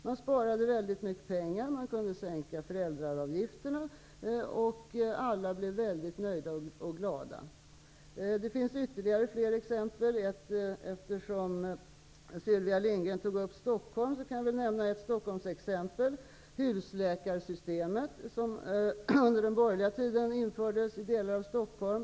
Man sparade mycket pengar, och man kunde sänka avgifterna för föräldrarna. Alla blev nöjda och glada. Det finns ytterligare exempel. Eftersom Sylvia Lindgren tog upp frågan om Stockholm, kan jag nämna ett Stockholmsexempel. Under den borgerliga tiden har husläkarsystemet införts i delar av Stockholm.